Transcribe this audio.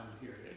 period